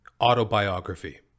autobiography